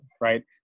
right